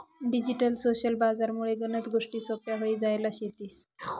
digital social बजार मुळे गनच गोष्टी सोप्प्या व्हई जायल शेतीस